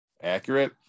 accurate